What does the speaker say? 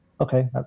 okay